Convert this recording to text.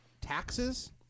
taxes